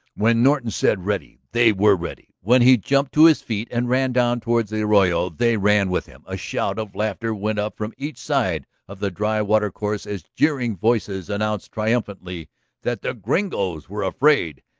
when norton said ready, they were ready when he jumped to his feet and ran down toward the arroyo, they ran with him. a shout of laughter went up from each side of the dry water-course as jeering voices announced triumphantly that the gringoes were afraid.